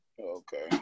Okay